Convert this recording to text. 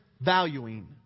valuing